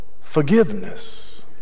forgiveness